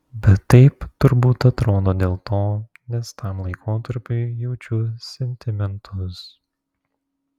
bet taip turbūt atrodo dėl to nes tam laikotarpiui jaučiu sentimentus